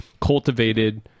cultivated